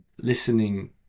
listening